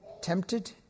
tempted